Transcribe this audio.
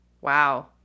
Wow